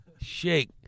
Shake